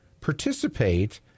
participate